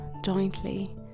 jointly